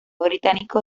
británico